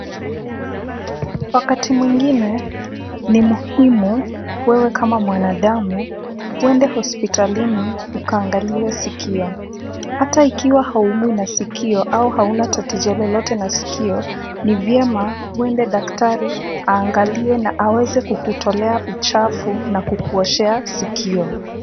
Wakati mwingine ni muhimu wewe kama mwanadamu uende hospitalini ukaangaliwe sikio. Hata ikiwa huumwi na sikio au hauna tatizo lolote na sikio, ni vyema uende daktari aangalie na aweze kukutolea uchafu na kukuoshea sikio.